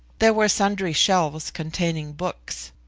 there were sundry shelves containing books.